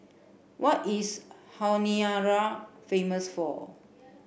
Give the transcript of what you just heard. what is Honiara famous for